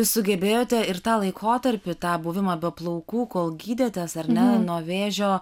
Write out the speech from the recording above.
jūs sugebėjote ir tą laikotarpį tą buvimą be plaukų kol gydėtės ar ne nuo vėžio